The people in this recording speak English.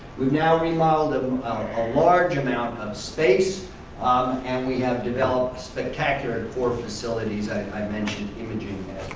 we've now remodeled and a large amount of space um and we have developed spectacular core facilities, i mentioned imaging